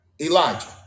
Elijah